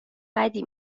بدی